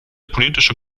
politische